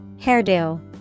Hairdo